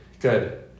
Good